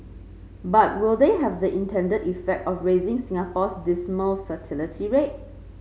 but will they have the intended effect of raising Singapore's dismal fertility rate